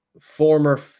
former